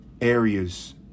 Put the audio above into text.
areas